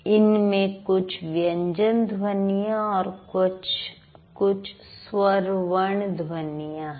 इनमें कुछ व्यंजन ध्वनियां और कुछ स्वर वर्ण ध्वनियां है